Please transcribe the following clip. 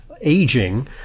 aging